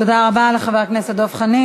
תודה רבה לחבר הכנסת דב חנין.